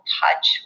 touch